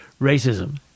racism